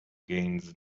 gains